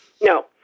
no